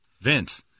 Vince